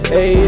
Hey